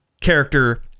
character